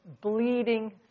bleeding